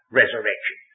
resurrection